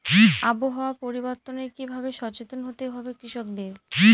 আবহাওয়া পরিবর্তনের কি ভাবে সচেতন হতে হবে কৃষকদের?